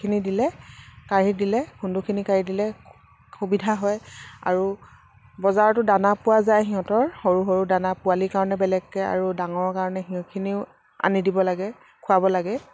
খিনি দিলে কাঢ়ি দিলে খুন্দুখিনি কাঢ়ি দিলে সুবিধা হয় আৰু বজাৰতো দানা পোৱা যায় সিহঁতৰ সৰু সৰু দানা পোৱালিৰ কাৰণে বেলেগকৈ আৰু ডাঙৰ কাৰণে সেইখিনিও আনি দিব লাগে খোৱাব লাগে